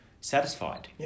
satisfied